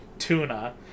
tuna